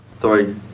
three